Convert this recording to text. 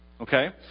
Okay